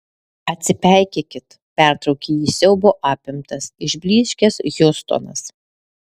atsipeikėkit pertraukė jį siaubo apimtas išblyškęs hiustonas